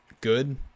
good